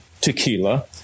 tequila